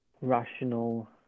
rational